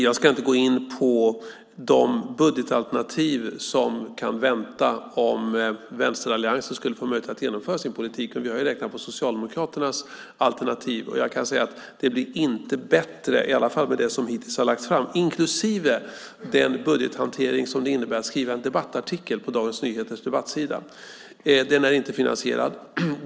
Jag ska inte gå in på de budgetalternativ som kan vänta om vänsteralliansen skulle få möjlighet att genomföra sin politik, men vi har räknat på Socialdemokraternas alternativ. Jag kan säga att det inte blir bättre, i alla fall med det som hittills har lagts fram, inklusive den budgethantering som det innebär att skriva en debattartikel på Dagens Nyheters debattsida. Den är inte finansierad.